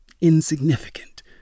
insignificant